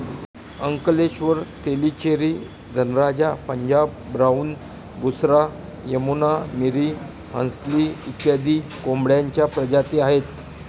Ankleshwar, Tellicherry, Dhanraja, Punjab brown, Busra, Yamuna, Miri, Hansli इत्यादी कोंबड्यांच्या प्रजाती आहेत